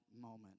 moment